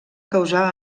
causar